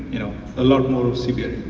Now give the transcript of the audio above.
you know a lot more severe